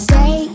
Say